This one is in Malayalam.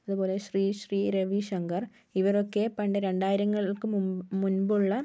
അതുപോലെ ശ്രീ ശ്രീ രവിശങ്കർ ഇവരൊക്കെ പണ്ട് രണ്ടായിരങ്ങൾക്ക് മുമ്പ് മുൻപുള്ള